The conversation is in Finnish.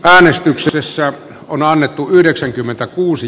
äänestykset joissa on alettu yhdeksänkymmentäkuusi